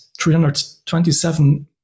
327